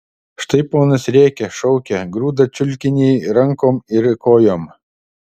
štai ponas rėkia šaukia grūda čiulkinį rankom ir kojom